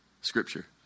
scripture